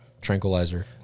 tranquilizer